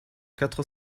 quatre